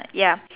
ya